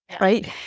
Right